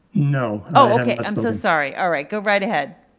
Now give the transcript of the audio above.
no oh, okay, i'm so sorry. all right, go right ahead.